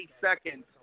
seconds